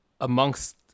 amongst